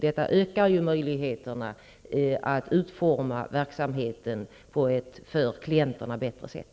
Det ökar ju möjligheterna att utforma verksamheten på ett för klienterna bättre sätt.